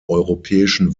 europäischen